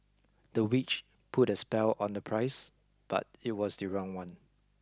the witch put a spell on the price but it was the wrong one